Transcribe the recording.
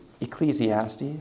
Ecclesiastes